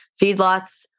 Feedlots